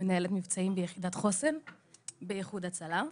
מנהלת מבצעים ביחידת חוסן באיחוד הצלה.